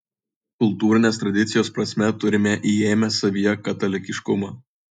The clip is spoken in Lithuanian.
kultūrinės tradicijos prasme turime įėmę savyje katalikiškumą